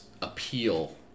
Appeal